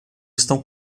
estão